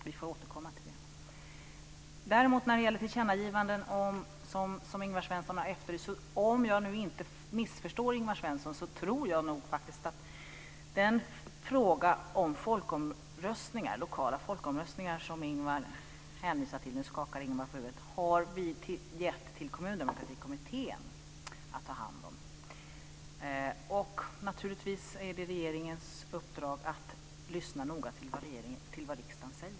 Vi får återkomma till det. Ingvar Svensson har efterlyst tillkännagivanden. Om jag nu inte missförstår Ingvar Svensson tror jag faktiskt att vi har låtit Kommundemokratikommittén ta hand om den fråga om lokala folkomröstningar som Ingvar Svensson hänvisar till. Det är naturligtvis regeringens uppdrag att noga lyssna till vad riksdagen säger.